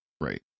Right